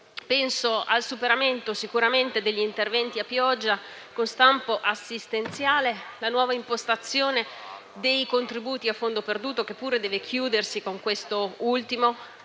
Penso al superamento degli interventi a pioggia con stampo assistenziale. La nuova impostazione dei contributi a fondo perduto, che pure deve chiudersi con questo ultimo